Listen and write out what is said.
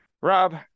rob